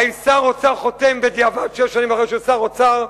האם שר אוצר חותם בדיעבד שש שנים אחרי שהוא שר אוצר?